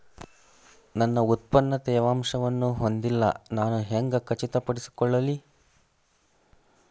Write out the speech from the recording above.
ನನ್ನ ಉತ್ಪನ್ನ ತೇವಾಂಶವನ್ನು ಹೊಂದಿಲ್ಲಾ ನಾನು ಹೆಂಗ್ ಖಚಿತಪಡಿಸಿಕೊಳ್ಳಲಿ?